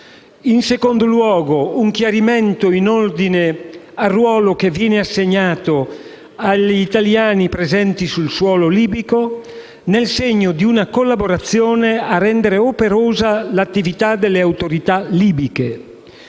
Inoltre, un chiarimento in ordine al ruolo che viene assegnato agli italiani presenti sul suolo libico: una collaborazione per rendere proficua l'attività delle autorità libiche,